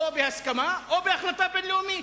או בהסכמה או בהחלטה בין-לאומית.